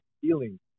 feeling